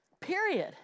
period